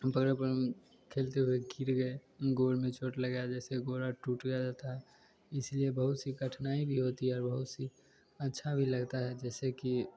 पर खेलते हुए गिर गए गोडे में चोट लगा जैसे गोडा टूट गया रहता इसलिए बहुत सी कठिनाई भी होती है और बहुत सी अच्छा भी लगता है जैसे कि